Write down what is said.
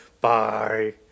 Bye